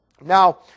Now